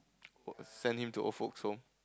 send him to old folk's home